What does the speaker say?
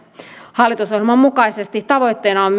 hallitusohjelman mukaisesti tavoitteena on